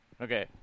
okay